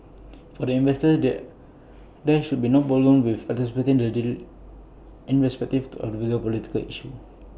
for the investors there there should be no problem with participating the deal irrespective of the bigger political issues